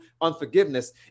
unforgiveness